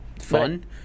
fun